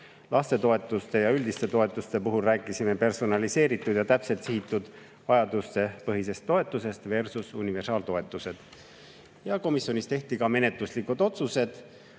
Lastetoetuste ja üldiste toetuste puhul rääkisime personaliseeritud ja täpselt sihitud vajaduspõhisest toetusestversusuniversaaltoetused. Ja komisjonis tehti ka menetluslikud otsused.